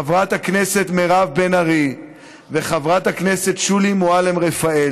חברת הכנסת מירב בן ארי וחברת הכנסת שולי מועלם-רפאלי,